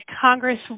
Congress